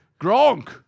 Gronk